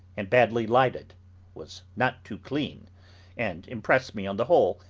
and badly lighted was not too clean and impressed me, on the whole,